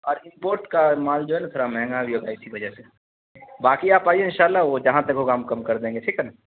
آ Reebok کا مال جو ہے نا تھوڑا مہنگا بھی ہوتا ہے اسی وجہ سے باقی آپ آئیے ان شاء اللہ وہ جہاں تک ہوگا ہم کم کر دیں گے ٹھیک ہے نا